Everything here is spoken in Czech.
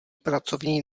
pracovní